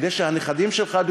כדי שהנכדים שלך,